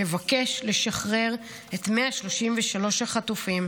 לבקש לשחרר את 133 החטופים,